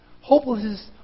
Hopelessness